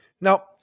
Now